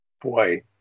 boy